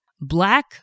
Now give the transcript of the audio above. black